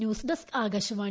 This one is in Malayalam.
news desk Akashvani